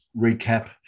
recap